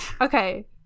Okay